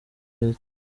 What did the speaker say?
leta